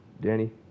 Danny